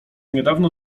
niedawno